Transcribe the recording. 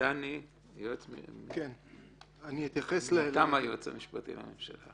דני מטעם היועץ המשפטי לממשלה.